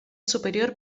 superior